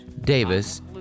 Davis